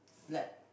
like